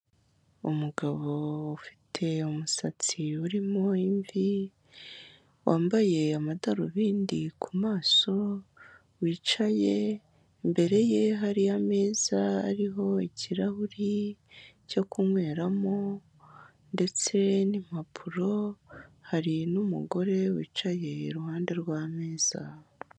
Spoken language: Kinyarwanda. Umugabo ufite umusatsi urimo imvi, wambaye amadarubindi ku maso, wicaye, imbere ye hari ameza ariho ikirahuri cyo kunyweramo ndetse n'impapuro hari n'umugore wicaye iruhande rw'ameza.